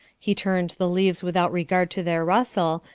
he turned the leaves without regard to their rustle,